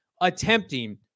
attempting